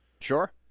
Sure